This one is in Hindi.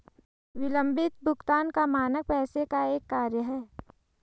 विलम्बित भुगतान का मानक पैसे का एक कार्य है